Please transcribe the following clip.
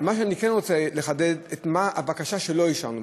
אני רוצה לחדד את הבקשה שלא אישרנו.